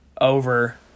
over